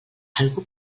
algú